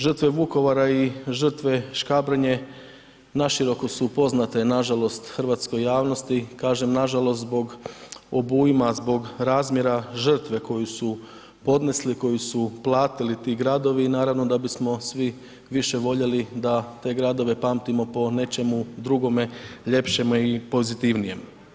Žrtve Vukovara i žrtve Škabrnje na široko su poznate nažalost hrvatskoj javnosti, kažem nažalost zbog obujma, zbog razmjera žrtve koju su podnesli, koji su platili ti gradovi i naravno da bismo svi više voljeli da te gradove pamtimo po nečemu drugome, ljepšem i pozitivnijem.